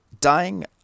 Dying